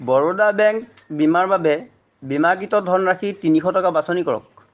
Baroda bank বীমাৰ বাবে বীমাকৃত ধনৰাশি তিনিশ টকা বাছনি কৰক